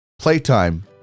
playtime